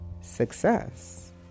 success